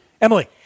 Emily